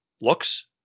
looks